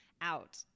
out